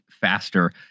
faster